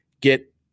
get